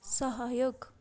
सहयोग